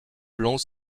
blanc